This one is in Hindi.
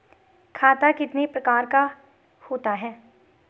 खाता कितने प्रकार का होता है?